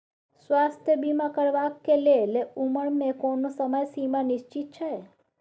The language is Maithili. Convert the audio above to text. स्वास्थ्य बीमा करेवाक के लेल उमर के कोनो समय सीमा निश्चित छै?